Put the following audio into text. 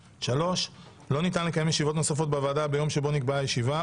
3. לא ניתן לקיים ישיבות נוספות בוועדה ביום שבו נקבעה הישיבה,